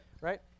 Right